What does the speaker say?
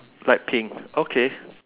light pink okay